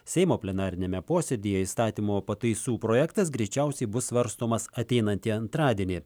seimo plenariniame posėdyje įstatymo pataisų projektas greičiausiai bus svarstomas ateinantį antradienį